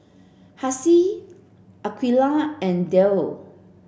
Hasif Aqeelah and Dhia